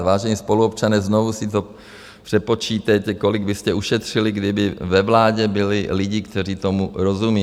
Vážení občané, znovu si to přepočítejte, kolik byste ušetřili, kdyby ve vládě byli lidi, kteří tomu rozumí.